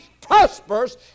prosperous